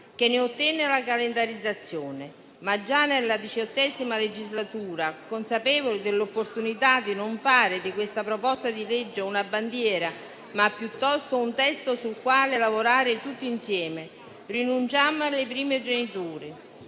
che ne ottenne la calendarizzazione. Già nella XVIII legislatura, però, consapevoli dell'opportunità di fare di questa proposta di legge non una bandiera, ma piuttosto un testo sul quale lavorare tutti insieme, rinunciammo alle primogeniture